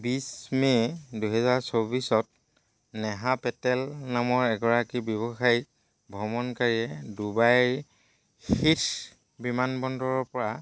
বিছ মে' দুহেজাৰ চৌব্বিছত নেহা পেটেল নামৰ এগৰাকী ব্যৱসায়িক ভ্ৰমণকাৰীয়ে ডুবাইৰ হিথ বিমানবন্দৰৰ পৰা